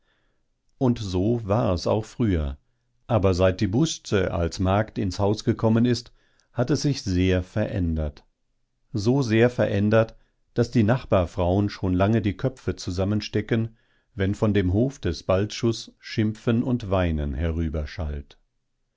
und so war es auch früher aber seit die busze als magd ins haus gekommen ist hat es sich sehr verändert so sehr verändert daß die nachbarfrauen schon lange die köpfe zusammenstecken wenn von dem hof des balczus schimpfen und weinen